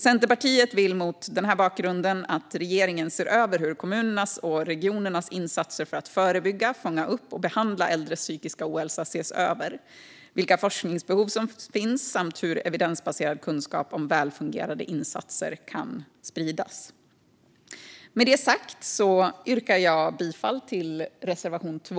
Centerpartiet vill mot denna bakgrund att regeringen ser över kommunernas och regionernas insatser för att förebygga, fånga upp och behandla äldres psykiska ohälsa. Det handlar om att se över vilka forskningsbehov som finns och hur evidensbaserad kunskap om välfungerande insatser kan spridas. Jag yrkar bifall till reservation 2.